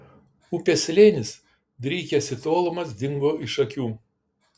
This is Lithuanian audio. upės slėnis drykęs į tolumas dingo iš akių